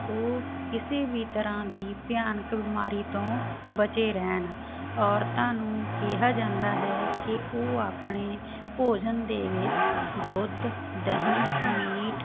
ਉਹ ਕਿਸੇ ਵੀ ਤਰ੍ਹਾਂ ਦੀ ਭਿਆਨਕ ਬਿਮਾਰੀ ਤੋਂ ਬਚੇ ਰਹਿਣ ਔਰਤਾਂ ਨੂੰ ਕਿਹਾ ਜਾਂਦਾ ਹੈ ਕਿ ਉਹ ਆਪਣੇ ਭੋਜਨ ਦੇ ਵਿੱਚ ਦੁੱਧ ਦਹੀਂ ਮੀਟ